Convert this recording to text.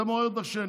זה אומר דרשני.